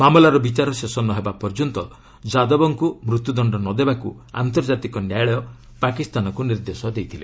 ମାମଲାର ବିଚାର ଶେଷ ନ ହେବା ପର୍ଯ୍ୟନ୍ତ ଯାଦବକଙ୍କ ମୁତ୍ୟୁଦଶ୍ଡ ନ ଦେବାକୁ ଆନ୍ତର୍ଜାତିକ ନ୍ୟାୟାଳୟ ପାକିସ୍ତାନକୁ ନିର୍ଦ୍ଦେଶ ଦେଇଥିଲେ